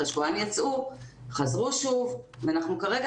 אחרי שבועיים יצאו וחזרו שוב ואנחנו כרגע